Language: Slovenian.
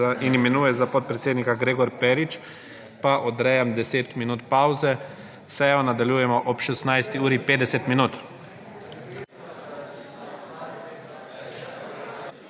in imenuje za podpredsednika Gregor Perič, pa odrejam 10 minut pavze. Sejo nadaljujemo ob 16. uri 50 minut.